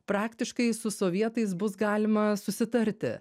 praktiškai su sovietais bus galima susitarti